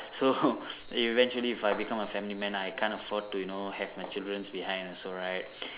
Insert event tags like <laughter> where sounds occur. so <laughs> eventually if I become a family man I can't afford to you know have my childrens behind also right